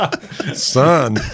son